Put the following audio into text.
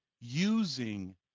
using